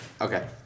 Okay